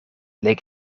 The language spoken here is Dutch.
leek